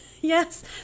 yes